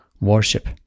worship